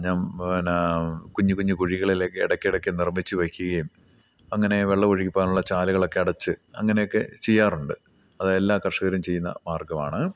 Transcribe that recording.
ഞാൻ പിന്നെ കുഞ്ഞ് കുഞ്ഞ് കുഴികളിലേക്ക് ഇടയ്ക്കിടയ്ക്ക് നിർമ്മിച്ചു വെക്കുകയും അങ്ങനെ വെള്ളമൊഴുകി പോകാനുള്ള ചാലുകളൊക്കെ അടച്ച് അങ്ങനെയൊക്കെ ചെയ്യാറുണ്ട് അതെല്ലാ കർഷകരും ചെയ്യുന്ന മാർഗ്ഗമാണ്